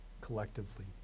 collectively